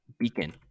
beacon